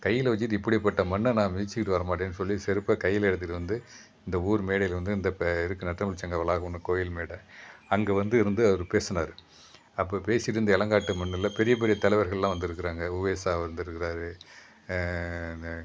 கையில் வச்சிட்டு இப்படிப்பட்ட மண்ணை நான் மிதிச்சிட்டு வரமாட்டேன்னு சொல்லி செருப்பை கையில் எடுத்துட்டு வந்து இந்த ஊர் மேடையில் வந்து இந்த பே இதுக்கு நற்றமிழ் சங்கம் வளாகம் ஒன்று கோவில் மேடை அங்கே வந்து இருந்து அவர் பேசினார் அப்போ பேசிட்டு இருந்த இளங்காட்டு மண்ணில் பெரிய பெரிய தலைவர்கள்லாம் வந்து இருக்கிறாங்க உவேசா வந்து இருக்கிறாரு